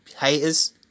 haters